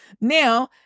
Now